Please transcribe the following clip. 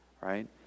right